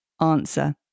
answer